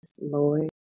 Lord